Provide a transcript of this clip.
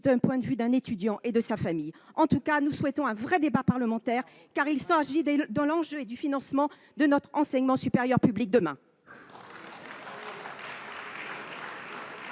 somme modique pour les étudiants et leur famille. Eh oui ! Nous souhaitons un vrai débat parlementaire, car il s'agit de l'enjeu et du financement de notre enseignement supérieur public demain.